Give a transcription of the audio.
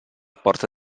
porta